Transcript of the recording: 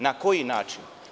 Na koji način?